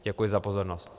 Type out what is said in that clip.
Děkuji za pozornost.